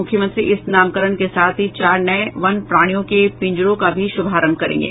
मुख्यमंत्री इस नामकरण के साथ ही चार नये वन प्राणियों के पिंजरों का भी शुभारंभ करेंगे